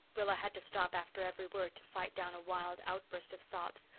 rilla had to stop after every word to fight down a wild outburst of sobs.